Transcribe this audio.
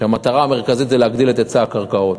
והמטרה המרכזית זה להגדיל את היצע הקרקעות.